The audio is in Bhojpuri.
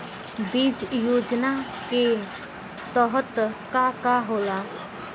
बीज योजना के तहत का का होला?